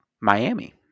miami